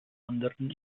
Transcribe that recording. anderem